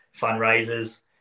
fundraisers